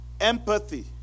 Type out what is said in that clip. Empathy